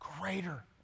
Greater